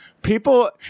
people